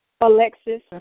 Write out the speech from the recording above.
Alexis